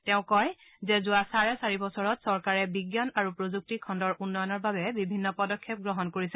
তেওঁ কয় যে যোৱা চাৰে চাৰি বছৰত চৰকাৰে বিজ্ঞান আৰু প্ৰযুক্তি খণ্ডৰ উন্নয়নৰ বাবে বিভিন্ন পদক্ষেপ গ্ৰহণ কৰিছে